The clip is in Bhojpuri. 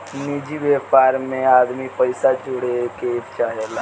निजि व्यापार मे आदमी पइसा जोड़े के चाहेला